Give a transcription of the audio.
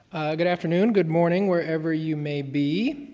good afternoon, good morning, wherever you may be.